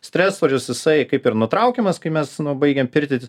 stresorius jisai kaip ir nutraukiamas kai mes nu baigiam pirtit